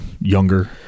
younger